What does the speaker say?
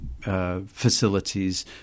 Facilities